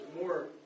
more